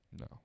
No